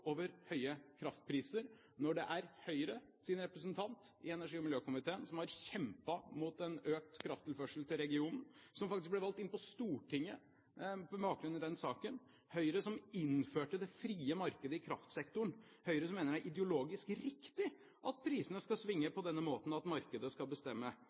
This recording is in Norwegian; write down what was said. over høye kraftpriser, når det er Høyres representant i energi- og miljøkomiteen som har kjempet imot en økt krafttilførsel til regionen, og som faktisk ble valgt inn på Stortinget på bakgrunn av den saken, når det er Høyre som innførte det frie markedet i kraftsektoren, Høyre som mener det er ideologisk riktig at prisene skal svinge på denne måten at markedet skal bestemme,